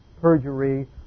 perjury